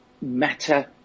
matter